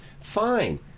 fine